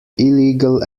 illegal